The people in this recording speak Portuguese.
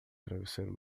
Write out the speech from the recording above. travesseiro